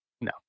No